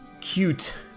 cute